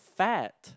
fat